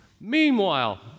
Meanwhile